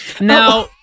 Now